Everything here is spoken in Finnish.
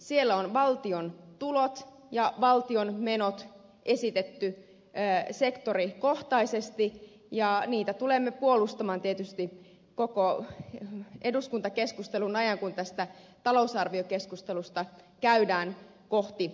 siellä on valtion tulot ja valtion menot esitetty sektorikohtaisesti ja niitä tulemme puolustamaan tietysti koko eduskuntakeskustelun ajan kun tästä talousarviokeskustelusta käydään kohti joulukeskusteluja